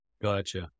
Gotcha